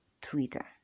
Twitter